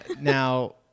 Now